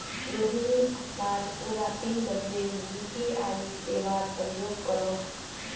रोहिणी अपनार पूरा पिन बदले यू.पी.आई सेवार प्रयोग करोह